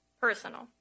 personal